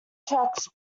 tracks